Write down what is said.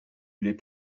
les